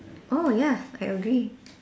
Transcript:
oh ya I agree